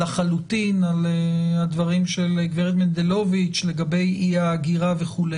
לחלוטין על הדברים של גברת מנדלוביץ' לגבי אי האגירה וכו',